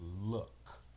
look